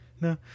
No